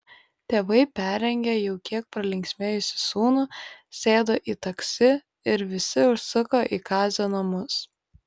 tėvai perrengė jau kiek pralinksmėjusį sūnų sėdo į taksi ir visi užsuko į kazio namus